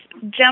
jump